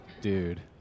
dude